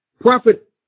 Prophet